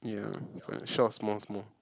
ya short small small